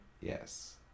Yes